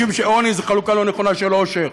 משום שעוני זה חלוקה לא נכונה של עושר,